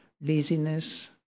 laziness